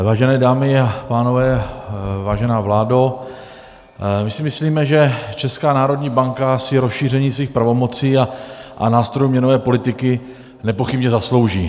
Vážené dámy a pánové, vážená vládo, my si myslíme, že Česká národní banka si rozšíření svých pravomocí a nástrojů měnové politiky nepochybně zaslouží.